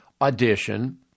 audition